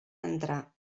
entrar